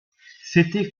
c’était